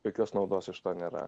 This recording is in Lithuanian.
jokios naudos iš to nėra